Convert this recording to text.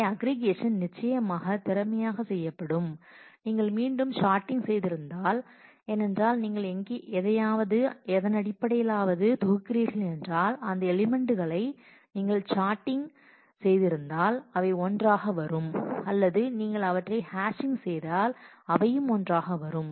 எனவே அக்ரிகேஷன் நிச்சயமாக திறமையாக செய்யப்படும் நீங்கள் மீண்டும் சார்டிங் செய்திருந்தால் ஏனென்றால் நீங்கள் எதையாவது எதன் அடிப்படையில் ஆவது தொகுக்கிறீர்கள் என்றால் அந்த எலிமெண்ட்களை elements நீங்கள் சார்டிங் செய்திருந்தால் அவை ஒன்றாக வரும் அல்லது நீங்கள் அவற்றை ஹேஷிங் செய்தால் அவையும் ஒன்றாக வரும்